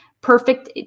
perfect